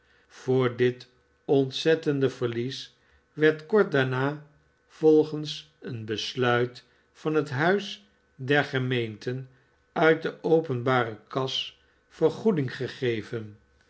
voor dit ontzettende verlies werd kort daarna volgens een besluit van het huis der gemeenten uit de openbare kas vergoeding gegeven